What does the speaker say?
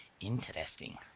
Interesting